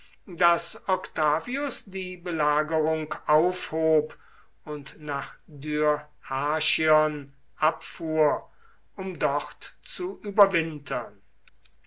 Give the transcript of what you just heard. daß octavius die belagerung aufhob und nach dyrrhachion abfuhr um dort zu überwintern